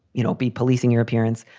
you know, be policing your appearance,